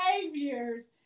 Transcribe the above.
behaviors